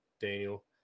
Daniel